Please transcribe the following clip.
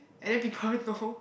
and then people know